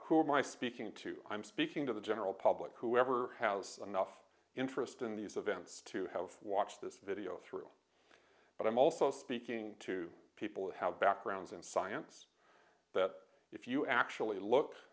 who am i speaking to i'm speaking to the general public whoever house anough interest in these events to have watched this video through but i'm also speaking to people how backgrounds in science that if you actually look